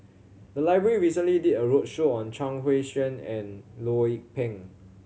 the library recently did a roadshow on Chuang Hui Tsuan and Loh Lik Peng